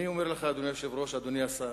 אני אומר לך, אדוני היושב-ראש, אדוני השר,